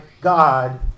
God